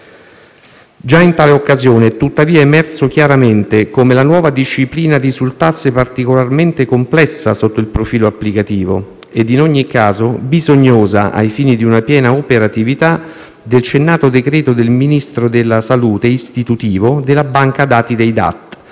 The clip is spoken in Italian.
Già in tale occasione è tuttavia emerso chiaramente come la nuova disciplina risultasse particolarmente complessa sotto il profilo applicativo e in ogni caso bisognosa - ai fini di una piena operatività - del cennato decreto del Ministro della salute istitutivo della banca dati delle DAT